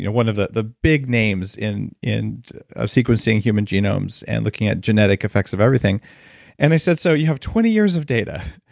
you know one of the the big names in in sequencing human genomes, and looking at genetic effects of everything and i said, so you have twenty years of data,